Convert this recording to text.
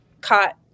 caught